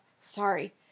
Sorry